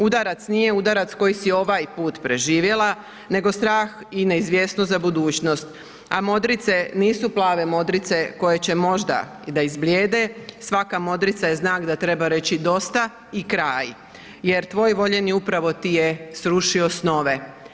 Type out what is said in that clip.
Udarac nije udarac koji su ovaj put preživjela nego strah i neizvjesnost za budućnost, a modrice nisu plave modrice koje će možda da izblijede, svaka modrica je znak da treba reći dosta i kraj jer tvoj voljeni upravo ti je srušio snove.